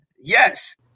Yes